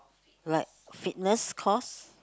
like fitness course